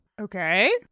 okay